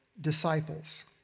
disciples